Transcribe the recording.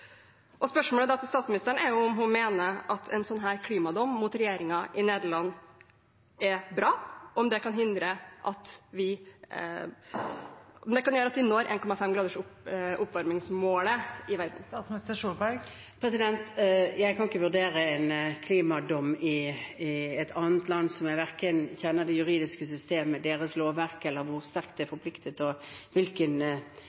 Spørsmålet til statsministeren er om hun mener at en slik klimadom mot regjeringen i Nederland er bra, og om det kan gjøre at vi når 1,5-gradersmålet i verden. Jeg kan ikke vurdere en klimadom i et annet land, hvor jeg verken kjenner det juridiske systemet, deres lovverk, eller hvor sterkt de er forpliktet og hvilken balanse de har i sin grunnlov mellom hva domstolene og politiske myndigheter skal gjøre. Det er